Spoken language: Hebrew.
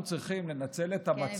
אנחנו צריכים לנצל את המצב